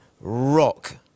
rock